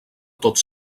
tots